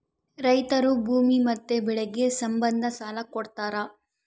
ರೈತರು ಭೂಮಿ ಮತ್ತೆ ಬೆಳೆಗೆ ಸಂಬಂಧ ಸಾಲ ಕೊಡ್ತಾರ